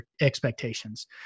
expectations